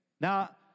Now